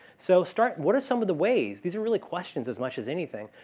so start what are some of the ways? these are really questions as much as anything.